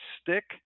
stick